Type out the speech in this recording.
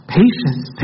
patience